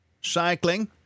cycling